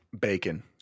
Bacon